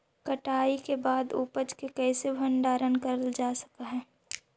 कटाई के बाद उपज के कईसे भंडारण करल जा सक हई?